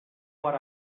what